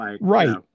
right